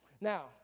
Now